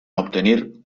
obtenir